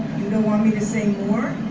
you don't want me to say more?